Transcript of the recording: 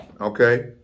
Okay